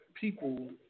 people